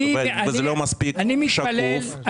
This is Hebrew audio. זה לא מספיק שקוף.